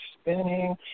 spinning